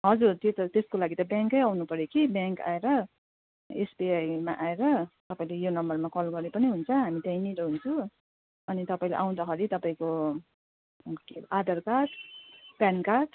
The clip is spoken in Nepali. हजुर त्यही त त्यसको लागि त ब्याङ्कै आउनुपऱ्यो कि ब्याङ्क आएर एसबिआईमा आएर तपाईँले यो नम्बरमा कल गरे पनि हुन्छ हामी त्यहीँ नै रहन्छौँ अनि तपाईँले आउँदाखेरि तपाईँको आधार कार्ड पेन कार्ड